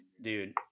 dude